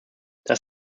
das